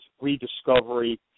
rediscovery